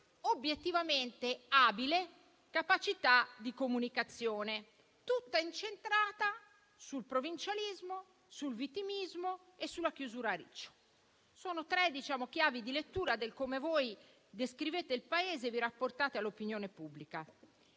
obiettiva abilità nella comunicazione, tutta incentrata sul provincialismo, sul vittimismo e sulla chiusura a riccio. Sono tre chiavi di lettura di come voi descrivete il Paese e vi rapportate all'opinione pubblica.